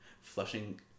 flushing